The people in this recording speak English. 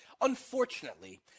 unfortunately